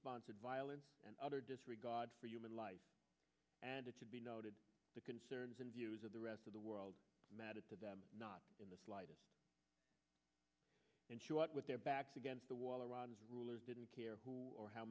sponsored violence and utter disregard for human life and it should be noted the concerns and views of the rest of the world mattered to them not in the slightest in short with their backs against the wall around rulers didn't care who or how